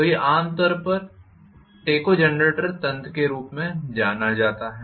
तो यह आमतौर पर टेकोजनरेटर तंत्र के रूप में जाना जाता है